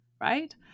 Right